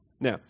Now